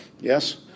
Yes